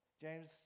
James